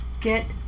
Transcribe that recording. get